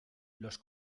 los